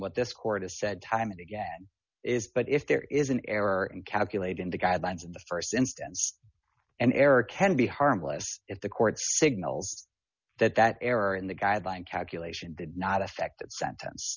what this court has said time and again is but if there is an error in calculating the guidelines in the st instance an error can be harmless if the court signals that that error in the guideline calculation did not affect that sentence